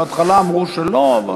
בהתחלה אמרו שלא, אבל,